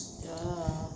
ya lah